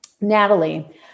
Natalie